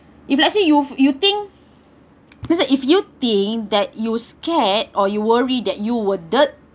if let's say you you think let's say if you think that you scared or you worry that you were dirt